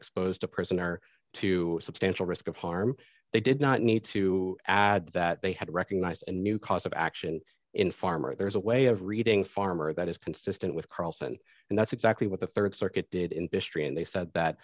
exposed a prisoner to a substantial risk of harm they did not need to add that they had recognized and new cause of action in farmer there's a way of reading farmer that is consistent with carlson and that's exactly what the rd circuit did in history and they said that